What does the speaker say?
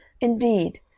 Indeed